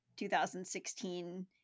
2016